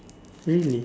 really